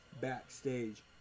backstage